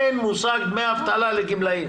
אין מושג דמי אבטלה לגמלאים.